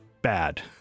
bad